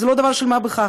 זה לא דבר של מה בכך.